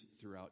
throughout